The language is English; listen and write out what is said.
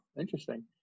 interesting